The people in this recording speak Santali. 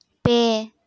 ᱯᱮ